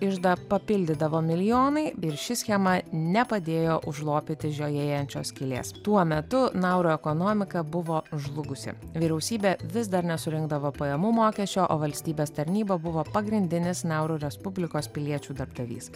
iždą papildydavo milijonai ir ši schema nepadėjo užlopyti žiojėjančios skylės tuo metu nauru ekonomika buvo žlugusi vyriausybė vis dar nesurinkdavo pajamų mokesčio o valstybės tarnyba buvo pagrindinis nauru respublikos piliečių darbdavys